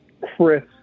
Chris